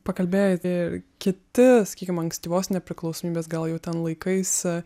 pakalbėjai tai kiti sakykim ankstyvos nepriklausomybės gal jau ten laikais